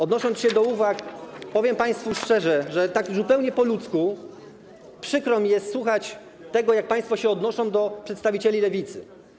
Odnosząc się do uwag, powiem państwu szczerze, że tak już zupełnie po ludzku przykro mi jest słuchać tego, jak państwo się odnoszą do przedstawicieli Lewicy.